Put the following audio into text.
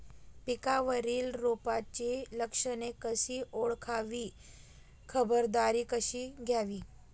पिकावरील रोगाची लक्षणे कशी ओळखावी, खबरदारी कशी घ्यावी?